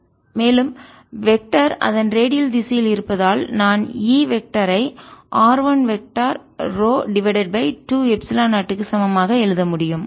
மேலும் வெக்டர் திசையன்களுக்கு அதன் ரேடியல் திசையில் இருப்பதால் நான் E வெக்டர் ஐ r1 வெக்டர்ரோ டிவைடட் பை 2 எப்சிலன் 0 க்கு சமமாக எழுத முடியும்